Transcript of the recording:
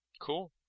Cool